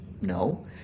No